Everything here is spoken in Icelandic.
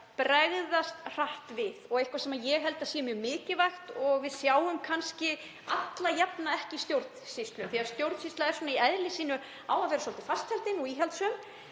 bregðast hratt við, eitthvað sem ég held að sé mjög mikilvægt og við sjáum kannski ekki alla jafna í stjórnsýslu. Stjórnsýsla er í eðli sínu og á að vera svolítið fastheldin og íhaldssöm.